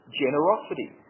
generosity